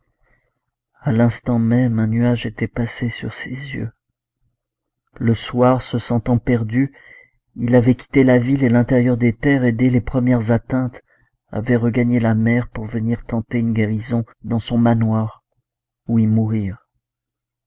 à l'instant même un nuage était passé sur ses yeux le soir se sentant perdu il avait quitté la ville et l'intérieur des terres et dès les premières atteintes avait regagné la mer pour venir tenter une guérison dans son manoir ou y mourir